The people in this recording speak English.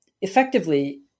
effectively